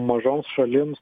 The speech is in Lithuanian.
mažoms šalims